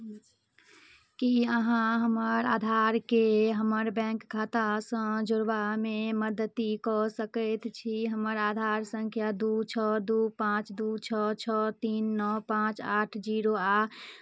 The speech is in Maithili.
की अहाँ हमर आधारकेँ हमर बैंक खातासँ जोड़बामे मदति कऽ सकैत छी हमर आधार सङ्ख्या दू छओ दू पाँच दू छओ छओ तीन नओ पाँच आठ जीरो आ